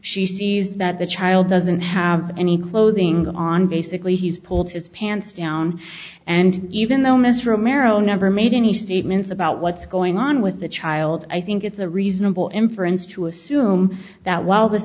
she sees that the child doesn't have any clothing on basically he's pulled his pants down and even though mr romero never made any statements about what's going on with the child i think it's a reasonable inference to assume that while this